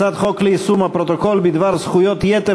הצעת חוק ליישום הפרוטוקול בדבר זכויות יתר